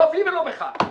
לא בי ולא בך.